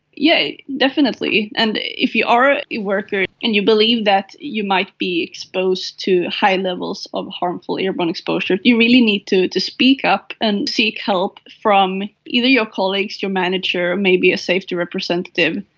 yeah definitely, and if you are a worker and you believe that you might be exposed to high levels of harmful airborne exposure, you really need to to speak up and seek help from either your colleagues, your manager, maybe a safety representative,